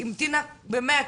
היא המתינה באמת,